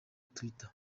twitter